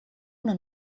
una